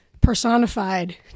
personified